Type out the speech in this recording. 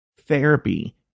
Therapy